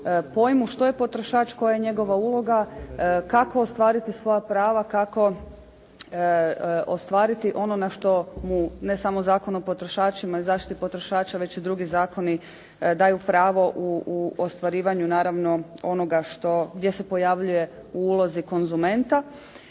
pojmu što je potrošač, koja je njegova uloga, kako ostvariti svoja prava, kako ostvariti ono na što mu ne samo Zakon o potrošačima i zaštite potrošača već i drugi zakoni daju pravo u ostvarivanju naravno onoga što, gdje se pojavljuje u ulozi konzumenta,